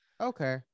Okay